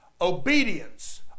obedience